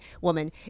woman